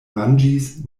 manĝis